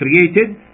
created